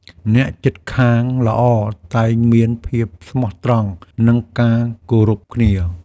អ្នកជិតខាងល្អតែងមានភាពស្មោះត្រង់ និងការគោរពគ្នា។